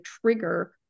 trigger